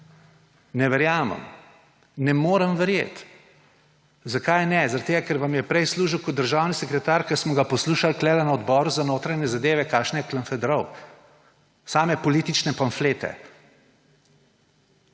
ne verjamem, ne morem verjeti. Zakaj ne? Ker vam je prej služil kot državni sekretar, ko smo ga poslušali tukaj na Odboru za notranje zadeve, kakšne je klamfedral. Same politične pamflete.